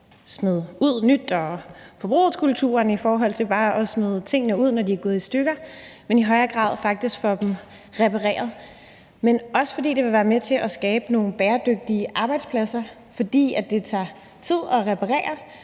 smid ud-kulturen og forbrugskulturen i forhold til bare at smide tingene ud, når de er gået i stykker, men faktisk i højere grad at få dem repareret, og også fordi det vil være med til at skabe nogle bæredygtige arbejdspladser, fordi det tager tid at reparere,